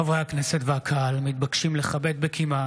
חברי הכנסת והקהל מתבקשים לכבד בקימה